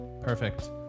Perfect